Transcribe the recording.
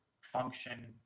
function